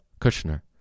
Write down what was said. Kushner